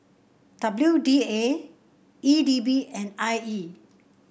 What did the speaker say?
W D A E D B and I E